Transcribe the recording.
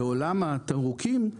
בעולם התמרוקים,